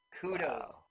Kudos